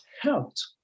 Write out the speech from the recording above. helped